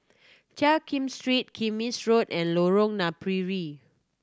Jiak Kim Street Kismis Road and Lorong Napiri